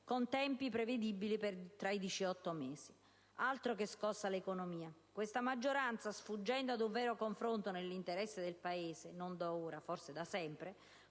spendibile prevedibilmente tra 18 mesi. Altro che scossa all'economia! Questa maggioranza, sfuggendo ad un vero confronto nell'interesse del Paese, e non da ora, ma da sempre,